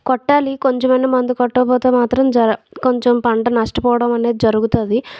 కొట్టాలి కొంచమన్న మందు కొట్టకపోతే జరగ కొంచెం పంట నష్టపోవటం అనేది జరుగుతుంది